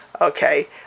Okay